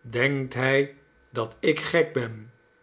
denkt hij dat ik gek ben